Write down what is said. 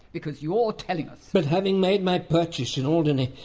because you're telling us. but having made my purchase in alderney,